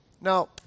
Now